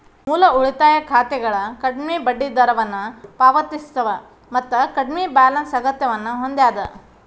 ಮೂಲ ಉಳಿತಾಯ ಖಾತೆಗಳ ಕಡ್ಮಿ ಬಡ್ಡಿದರವನ್ನ ಪಾವತಿಸ್ತವ ಮತ್ತ ಕಡ್ಮಿ ಬ್ಯಾಲೆನ್ಸ್ ಅಗತ್ಯವನ್ನ ಹೊಂದ್ಯದ